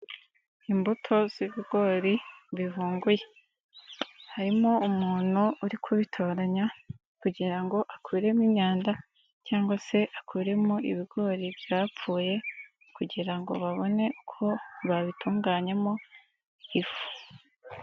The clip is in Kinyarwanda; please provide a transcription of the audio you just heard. Imbuto z'ibigori bivunguye harimo umuntu uri kubitoranya kugira ngo akuremo imyanda, cyangwa se akuremo ibigori byapfuye kugira ngo babone ko babitunganyamo ifu.